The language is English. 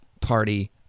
Party